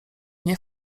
nie